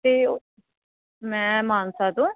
ਅਤੇ ਮੈਂ ਮਾਨਸਾ ਤੋਂ